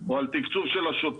או על תקצוב של השוטרים,